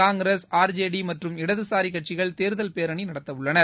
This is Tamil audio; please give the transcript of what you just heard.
காங்கிரஸ் ஆர் ஜே டி மற்றும் இடதுசாரி கட்சிகள் தேர்தல் பேரணி நடத்தவுள்ளனர்